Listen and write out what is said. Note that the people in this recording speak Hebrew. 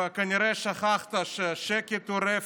וכנראה שכחת שהשקט הוא רפש.